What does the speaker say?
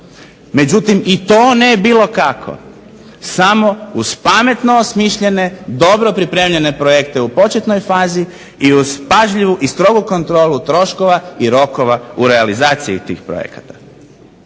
međutim, i to ne bilo kako, samo uz pametno osmišljene, dobro pripremljene projekte u početnoj fazi i uz pažljivu i strogu kontrolu troškova i rokova u realizaciji tih projekata.